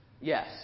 Yes